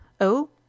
Oh